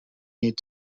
need